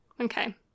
Okay